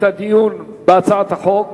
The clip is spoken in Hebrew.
את הדיון בהצעת החוק.